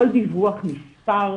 כל דיווח נספר,